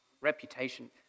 reputation